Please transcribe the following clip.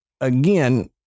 again